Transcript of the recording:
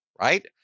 right